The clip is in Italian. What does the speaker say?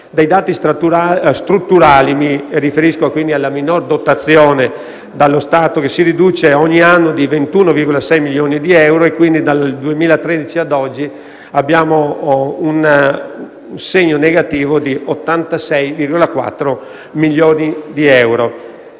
Dai dati strutturali si evince una minore dotazione dallo Stato, che si riduce ogni anno di 21,6 milioni di euro: quindi dal 2013 ad oggi registriamo un segno negativo di 86,4 milioni di euro